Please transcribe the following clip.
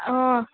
অঁ